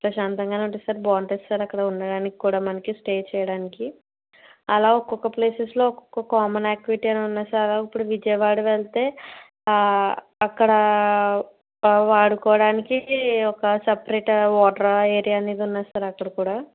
ప్రశాంతంగానే ఉంటది సార్ బాగుంటుంది సార్ అక్కడ ఉండడానికి కూడా మనకి స్టే చేయడానికి అలా ఒక్కొక్క ప్లేసెస్లో ఒక్కొక్క కామన్ యాక్టివిటీ అనేది ఉంది సార్ అలా ఇప్పుడు విజయవాడ వెళ్తే అక్కడా ఆడుకోవడానికి ఒక సపరేట్ వాటర్ ఏరియా అనేది ఉంది సార్ అక్కడ కూడా